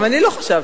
גם אני לא חשבתי.